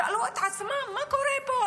שאלו את עצמם: מה קורה פה?